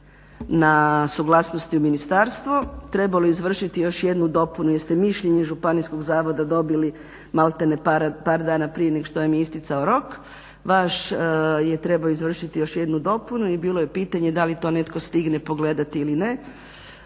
na suglasnosti u ministarstvu, trebalo je izvršiti još jednu dopunu jer ste mišljenje županijskog zavoda dobili maltene par dana prije nego što vam je isticao rok. Vaš je trebao izvršiti još jednu dopunu i bilo je pitanje da li to netko stigne pogledati ili ne.